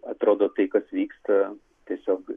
atrodo tai kas vyksta tiesiog